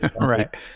Right